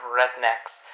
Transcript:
rednecks